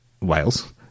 Wales